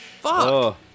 fuck